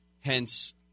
hence